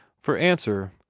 for answer,